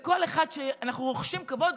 לכל אחד שאנחנו רוחשים כבוד,